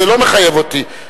זה לא מחייב אותי.